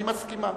אני מסכימה.